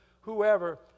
whoever